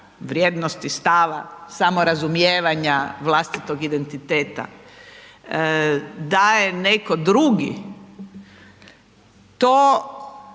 vrijednosti, stava, samorazumijevanja vlastitog identiteta daje neko drugi, to